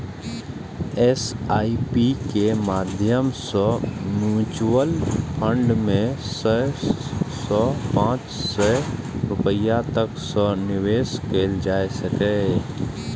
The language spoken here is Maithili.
एस.आई.पी के माध्यम सं म्यूचुअल फंड मे सय सं पांच सय रुपैया तक सं निवेश कैल जा सकैए